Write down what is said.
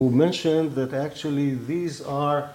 who mention that actually these are